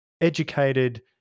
educated